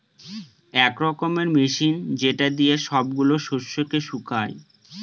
এক রকমের মেশিন যেটা দিয়ে সব গুলা শস্যকে শুকায়